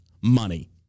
Money